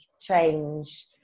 change